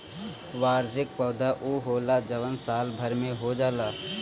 वार्षिक पौधा उ होला जवन साल भर में हो जाला